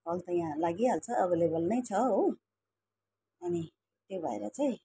call त यहाँ लागिहाल्छ अभाइलेबल नै छ हो अनि त्यही भएर चाहिँ